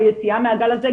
ביציאה מהגל הזה,